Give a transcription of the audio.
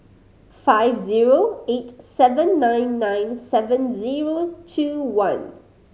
five zero eight seven nine nine seven zero two one